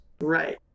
Right